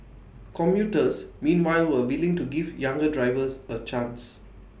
commuters meanwhile were willing to give younger drivers A chance